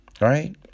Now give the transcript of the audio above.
right